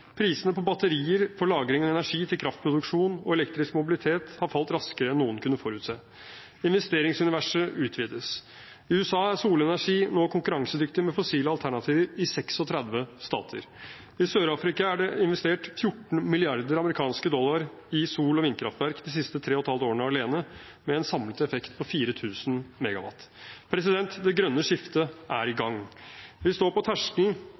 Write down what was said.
Prisene på batterier for lagring av energi til kraftproduksjon og elektrisk mobilitet har falt raskere enn noen kunne forutse. Investeringsuniverset utvides. I USA er solenergi nå konkurransedyktig med fossile alternativer i 36 stater. I Sør-Afrika er det investert 14 milliarder amerikanske dollar i sol- og vindkraftverk de siste tre og et halvt årene alene, med en samlet effekt på 4 000 MW. Det grønne skiftet er i gang. Vi står på terskelen